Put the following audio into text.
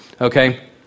okay